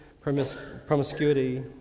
promiscuity